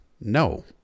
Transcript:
no